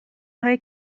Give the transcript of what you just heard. های